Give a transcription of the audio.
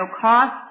cost